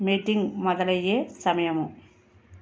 meeting మొదలయ్యే సమయము